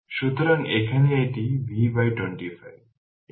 সুতরাং এখানে এটি V 25